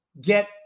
get